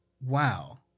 wow